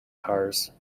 cars